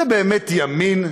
זה באמת ימין?